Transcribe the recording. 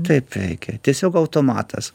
taip reikia tiesiog automatas